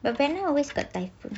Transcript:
but vietnam always got typhoon